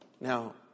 Now